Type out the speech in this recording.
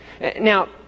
Now